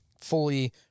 fully